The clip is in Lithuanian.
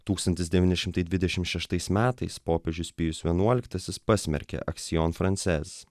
tūkstantis devyni šimtai dvidešimt šeštais metais popiežius pijus vienuoliktasis pasmerkė aksiom francez